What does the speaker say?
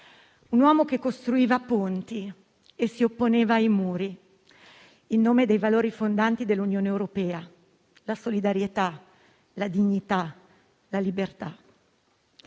un uomo che costruiva ponti e si opponeva ai muri, in nome dei valori fondanti dell'Unione europea: la solidarietà, la dignità, la libertà.